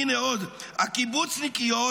הינה עוד: הקיבוצניקיות,